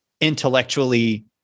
intellectually